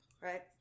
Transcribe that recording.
right